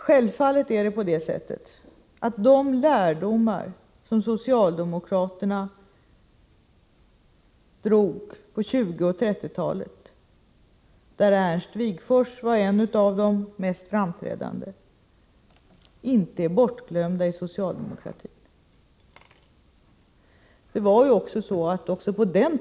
Självfallet är inte de lärdomar bortglömda som socialdemokraterna drog på 1920 och 1930-talen då Ernst Wigforss var en av de mest framträdande politikerna.